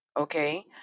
Okay